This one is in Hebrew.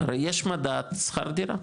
הרי יש מדד שכר דירה,